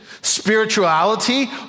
spirituality